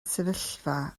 sefyllfa